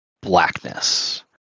blackness